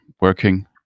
working